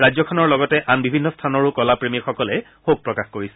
তেওঁৰ মৃত্যুত ৰাজ্যখনৰ লগতে আন বিভিন্ন স্থানৰো কলাপ্ৰেমীসকলে শোক প্ৰকাশ কৰিছে